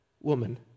Woman